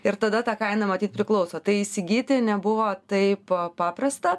ir tada ta kaina matyt priklauso tai įsigyti nebuvo taip paprasta